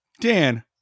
dan